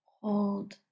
hold